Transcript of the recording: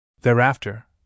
Thereafter